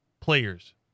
players